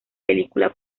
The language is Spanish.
película